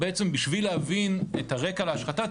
בשביל להבין את הרקע להשחתה,